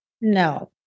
No